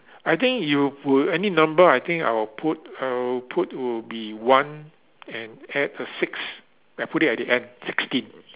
I think you would any number I think I'll put I will put would be one and add a six I put it at the end sixty